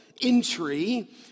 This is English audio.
entry